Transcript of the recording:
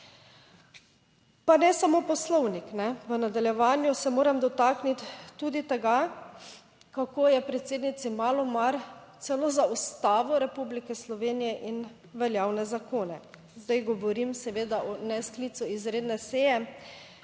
Pa ne samo Poslovnik. V nadaljevanju se moram dotakniti tudi tega, kako je predsednici malo mar celo za Ustavo Republike Slovenije in veljavne zakone. Zdaj, govorim seveda o nesklicu izredne seje